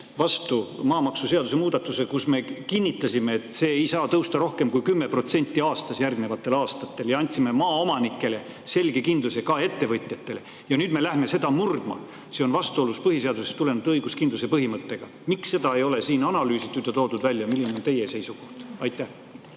vastu maamaksuseaduse muudatuse, kus me kinnitasime, et see ei saa tõusta rohkem kui 10% aastas järgnevatel aastatel, ja andsime maaomanikele selge kindluse, ka ettevõtjatele. Ja nüüd me läheme seda murdma. See on vastuolus põhiseadusest tuleneva õiguskindluse põhimõttega. Miks seda ei ole siin analüüsitud ja välja toodud? Milline on teie seisukoht? Aitäh